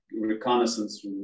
reconnaissance